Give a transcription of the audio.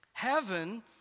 heaven